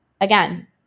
again